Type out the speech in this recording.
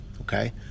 okay